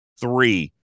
three